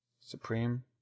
Supreme